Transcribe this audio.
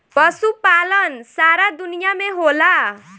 पशुपालन सारा दुनिया में होला